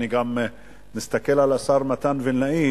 אני גם מסתכל על השר מתן וילנאי